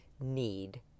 need